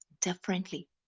differently